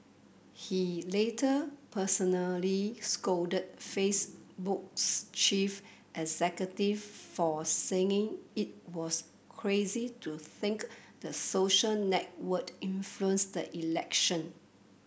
he later personally scolded Facebook's chief executive for saying it was crazy to think the social network influenced the election